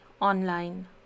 Online